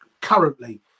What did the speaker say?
currently